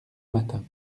matin